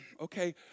okay